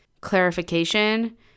clarification